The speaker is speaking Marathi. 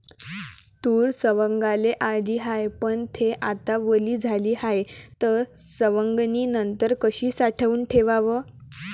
तूर सवंगाले आली हाये, पन थे आता वली झाली हाये, त सवंगनीनंतर कशी साठवून ठेवाव?